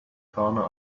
corner